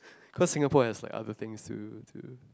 cause Singapore has like other things to to